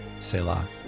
Selah